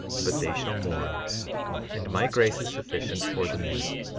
but they shall mourn and my grace is sufficient for the meek,